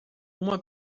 uma